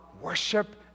worship